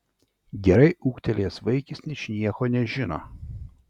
gerai ūgtelėjęs vaikis ničnieko nežino